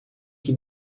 que